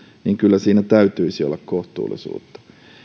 niin kyllä siinä täytyisi olla kohtuullisuutta